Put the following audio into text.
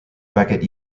beckett